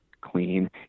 clean